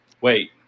Wait